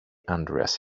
andreas